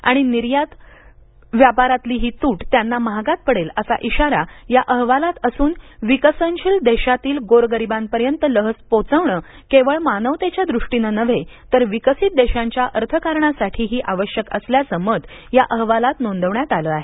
आणि निर्यात व्यापारातली ही तूट त्यांना महागात पडेल असा इशारा या अहवालात असून विकसनशील देशातील गोरगरिबांपर्यंत लस पोहोचवणं केवळ मानवतेच्या दृष्टीनं नव्हे तर विकसित देशांच्या अर्थकारणासाठीही आवश्यक असल्याचं मत या अहवालात नोंदवण्यात आलं आहे